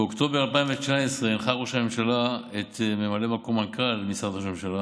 באוקטובר 2019 הנחה ראש הממשלה את ממלא מקום מנכ"ל משרד ראש הממשלה